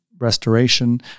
restoration